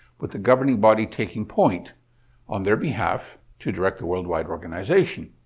but the governing body taking point on their behalf to direct the worldwide organization.